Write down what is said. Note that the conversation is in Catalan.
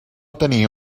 tenia